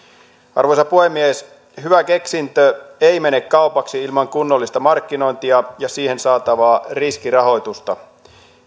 arvoisa puhemies hyvä keksintö ei mene kaupaksi ilman kunnollista markkinointia ja siihen saatavaa riskirahoitusta